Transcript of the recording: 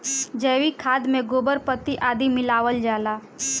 जैविक खाद में गोबर, पत्ती आदि मिलावल जाला